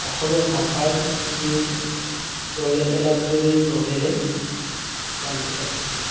অসমীয়া ভাষাৰ যি দলেৰ এনাৰজৰীৰ দোলেৰে বান্ধি ৰাখিছে